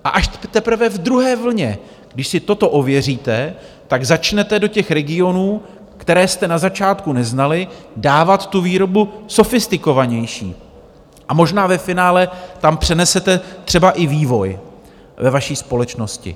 A až teprve v druhé vlně, když si toto ověříte, začnete do těch regionů, které jste na začátku neznali, dávat výrobu sofistikovanější a možná ve finále tam přenesete třeba i vývoj ve vaší společnosti.